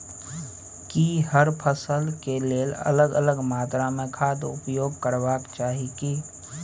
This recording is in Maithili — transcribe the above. की हर फसल के लेल अलग अलग मात्रा मे खाद उपयोग करबाक चाही की?